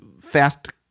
fast